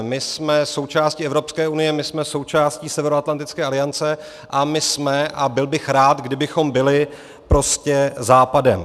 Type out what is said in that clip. My jsme součástí Evropské unie, my jsme součástí Severoatlantické aliance a my jsme, a byl bych rád, kdybychom byli, prostě Západem.